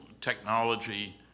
technology